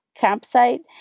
campsite